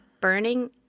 burning